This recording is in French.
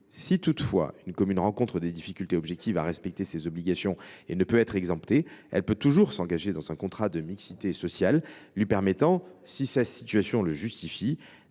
Si toutefois une commune rencontre des difficultés objectives à respecter ses obligations et ne peut être exemptée, elle peut toujours signer un contrat de mixité sociale lui permettant, si sa situation le justifie,